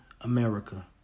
America